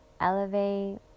elevate